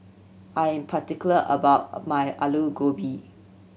I am particular about my Aloo Gobi